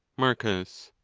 marcus.